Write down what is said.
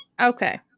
Okay